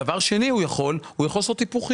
דבר שני, הוא יכול לעשות היפוך חיוב.